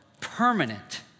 permanent